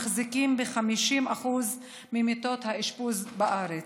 מחזיקים ב-50% ממיטות האשפוז בארץ.